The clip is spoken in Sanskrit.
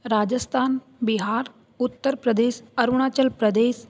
राजस्थानं बिहारः उत्तनप्रदेशः अरुणाचलप्रदेशः